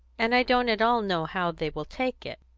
and i don't at all know how they will take it.